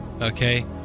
okay